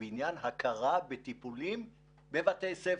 בעניין הכרה בטיפולים בבתי ספר.